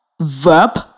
verb